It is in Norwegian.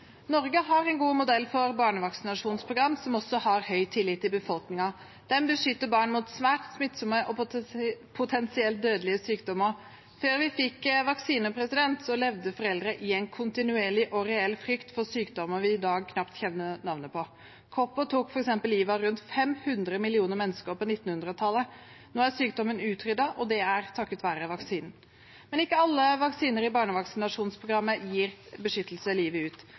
Norge har en god modell for barnevaksinasjonsprogram, som også har høy tillit i befolkningen. Den beskytter barn mot svært smittsomme og potensielt dødelige sykdommer. Før vi fikk vaksiner, levde foreldre i en kontinuerlig og reell frykt for sykdommer vi i dag knapt kjenner navnet på. Kopper tok f.eks. livet av rundt 500 millioner mennesker på 1900-tallet. Nå er sykdommen utryddet, og det er takket være vaksinen. Ikke alle vaksiner i barnevaksinasjonsprogrammet gir beskyttelse livet ut.